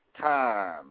time